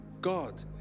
God